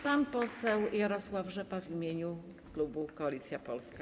Pan poseł Jarosław Rzepa w imieniu klubu Koalicja Polska.